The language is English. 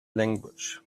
language